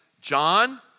John